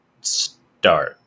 start